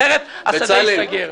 אחרת השדה ייסגר.